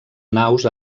naus